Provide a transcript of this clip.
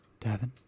Davin